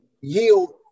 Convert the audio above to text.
yield